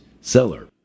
seller